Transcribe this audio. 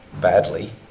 Badly